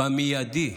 במיידי.